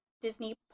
disney